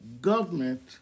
government